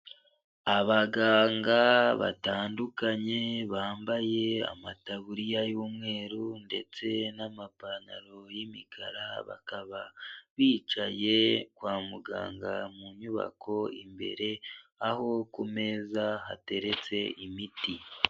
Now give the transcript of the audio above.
Abaganga batandukanye bambaye amataburiya y'umweru ndetse n'amapantaro y'imikara, bakaba bicaye kwa muganga mu nyubako imbere aho ku meza hateretse imiti.